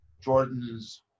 Jordan's